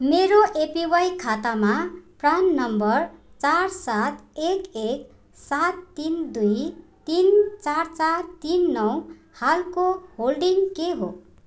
मेरो एपिवाई खातामा PRAN number चार सात एक एक सात तिन दुई तिन चार चार तिन नौ हालको होल्डिङ के हो